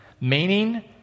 Meaning